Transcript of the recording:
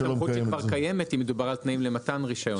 זו סמכות שכבר קיימת אם מדובר על תנאים למתן רישיון.